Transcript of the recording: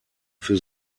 für